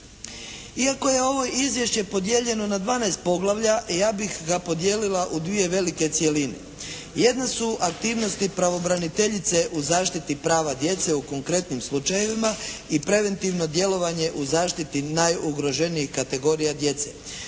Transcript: Iako je ovo izvješće podijeljeno na 12 poglavlja, ja bih ga podijelila u dvije velike cjeline. Jedna su aktivnosti pravobraniteljice u zaštiti prava djece u konkretnim slučajevima i preventivno djelovanje u zaštiti najugroženijih kategorija djece.